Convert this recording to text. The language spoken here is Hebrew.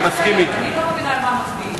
אני לא מבינה על מה מצביעים.